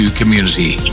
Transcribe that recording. community